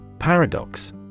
Paradox